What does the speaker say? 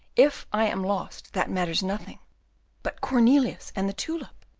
if i am lost that matters nothing but cornelius and the tulip!